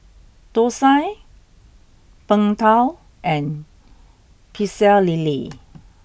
Thosai Png Tao and Pecel Lele